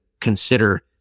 consider